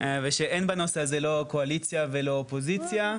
ושאין בנושא הזה לא קואליציה ולא אופוזיציה,